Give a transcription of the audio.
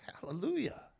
hallelujah